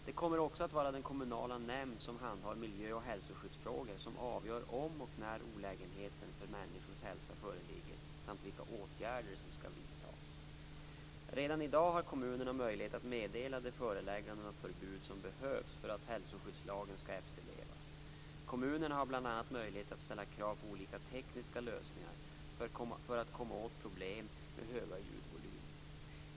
Det kommer också att vara den kommunala nämnd som handhar miljö och hälsoskyddsfrågor som avgör om och när olägenheter för människors hälsa föreligger samt vilka åtgärder som skall vidtas. Redan i dag har kommunerna möjlighet att meddela de förelägganden och förbud som behövs för att hälsoskyddslagen skall efterlevas. Kommunerna har bl.a. möjlighet att ställa krav på olika tekniska lösningar för att komma åt problem med höga ljudvolymer.